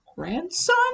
grandson